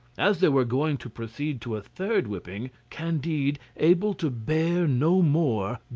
as they were going to proceed to a third whipping, candide, able to bear no more,